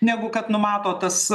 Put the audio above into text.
negu kad numato tas